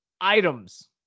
items